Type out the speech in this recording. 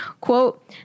Quote